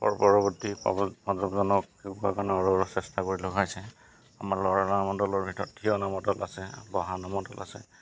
পৰৱৰ্তী প্ৰজন্মক কাৰণে চেষ্টা কৰি থকা হৈছে আমাৰ ল'ৰা নামৰ দলৰ ভিতৰত থিয় নামৰ দল আছে বহা নামৰ দল আছে